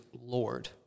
Lord